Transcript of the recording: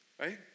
right